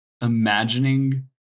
imagining